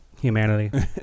humanity